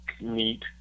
neat